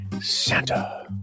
Santa